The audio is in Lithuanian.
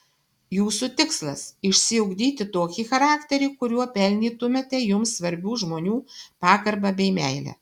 jūsų tikslas išsiugdyti tokį charakterį kuriuo pelnytumėte jums svarbių žmonių pagarbą bei meilę